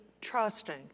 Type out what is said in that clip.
trusting